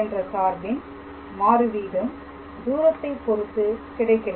என்ற சார்பின் மாறு வீதம் தூரத்தைப் பொறுத்து கிடைக்கிறது